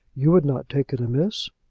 you would not take it amiss?